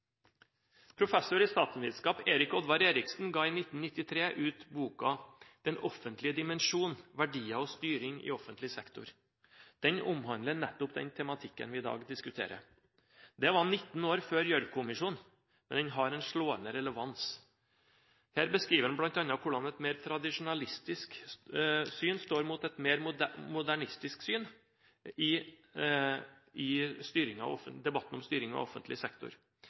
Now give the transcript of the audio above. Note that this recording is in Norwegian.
Professor i statsvitenskap Erik Oddvar Eriksen ga i 1993 ut boken «Den offentlige dimensjon: Verdier og styring i offentlig sektor». Den omhandler nettopp den tematikken vi i dag diskuterer. Det var 19 år før Gjørv-kommisjonen, men den har en slående relevans. Her beskriver man bl.a. hvordan et mer tradisjonalistisk syn står mot et mer modernistisk syn i debatten om styringen av offentlig sektor.